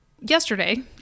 yesterday